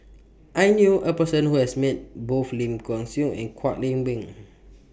I knew A Person Who has Met Both Lim Kay Siu and Kwek Leng Beng